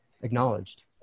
acknowledged